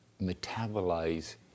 metabolize